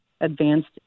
advanced